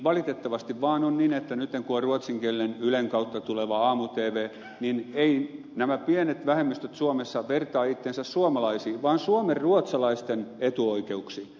valitettavasti vaan on niin että nyt kun on ruotsinkielinen ylen kautta tuleva aamuteevee niin eivät nämä pienet vähemmistöt suomessa vertaa itseään suomalaisiin vaan suomenruotsalaisten etuoikeuksiin